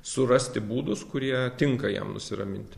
surasti būdus kurie tinka jam nusiraminti